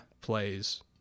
plays